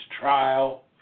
trial